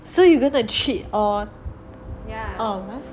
so you going to treat all all of us